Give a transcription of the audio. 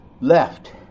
left